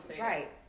right